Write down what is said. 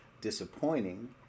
disappointing